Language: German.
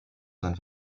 sein